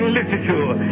literature